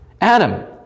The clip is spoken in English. Adam